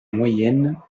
moyenne